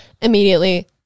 immediately